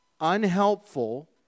unhelpful